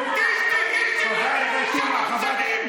תשתקי, חברת הכנסת תומא.